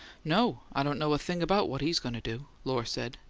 no, i don't know a thing about what he's going to do, lohr said,